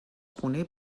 خونه